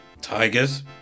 Tigers